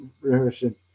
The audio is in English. rehearsing